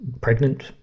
pregnant